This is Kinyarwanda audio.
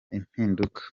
impinduka